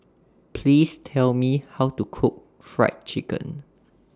Please Tell Me How to Cook Fried Chicken